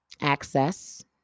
access